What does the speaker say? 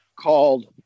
called